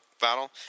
battle